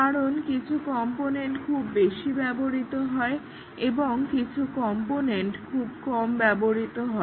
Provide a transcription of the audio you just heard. কারণ কিছু কম্পোনেন্ট খুব বেশি ব্যবহৃত হয় এবং কিছু কম্পোনেন্ট খুব কম ব্যবহৃত হয়